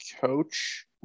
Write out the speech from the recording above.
coach